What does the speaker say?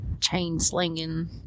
chain-slinging